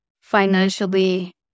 financially